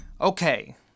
Okay